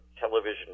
television